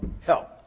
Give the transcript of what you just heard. help